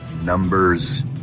numbers